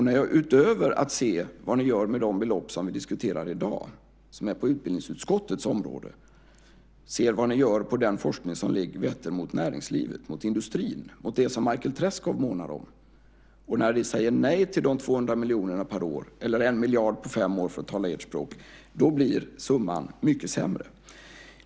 När jag utöver att se vad ni gör med de belopp som vi diskuterar i dag, som är på utbildningsutskottets område, ser vad ni gör med den forskning som vetter mot näringslivet, mot industrin, mot det som Michael Treschow månar om, och när ni säger nej till de 200 miljonerna per år, eller 1 miljard på fem år för att tala ert språk, blir summan mycket sämre.